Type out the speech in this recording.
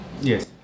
Yes